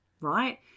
right